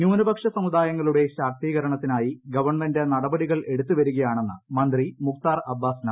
ന്യൂനപക്ഷ സമൂദായങ്ങളുടെ ശാക്തീകരണത്തിനായി ഗവൺമെന്റ് നടപടികൾ എടുത്ത് വരികയാണെന്ന് മന്ത്രി മുക്താർ അബ്ബാസ് നഖ്വി